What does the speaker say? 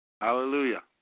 Hallelujah